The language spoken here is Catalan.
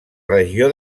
regió